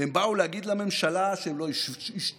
הם באו להגיד לממשלה שהם לא ישתקו